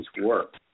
work